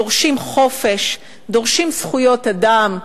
דורשים חופש, דורשים זכויות אדם,